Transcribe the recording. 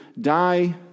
die